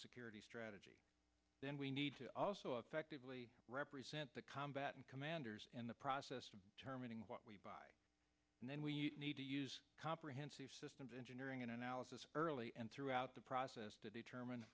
strategy then we need to also effectively represent the combat and commanders in the process of determining what we buy and then we need to use comprehensive systems engineering analysis early and throughout the process to determine